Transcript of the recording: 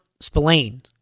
Spillane